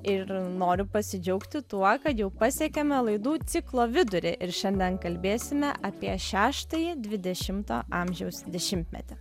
ir noriu pasidžiaugti tuo kad jau pasiekėme laidų ciklo vidurį ir šiandien kalbėsime apie šeštąjį dvidešimto amžiaus dešimtmetį